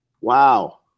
Wow